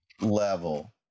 level